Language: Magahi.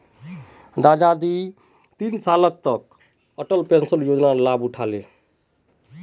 दादाजी तीन साल तक अटल पेंशन योजनार लाभ उठा ले